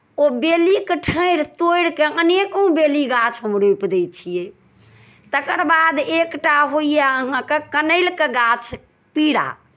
ओ बेलीके ठाढ़ि तोड़ि कऽ अनेको बेली गाछ हम रोपि दै छियै तकर बाद एकटा होइए अहाँकेँ कनैलके गाछ पीरा